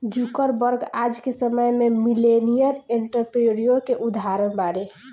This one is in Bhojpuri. जुकरबर्ग आज के समय में मिलेनियर एंटरप्रेन्योर के उदाहरण बाड़े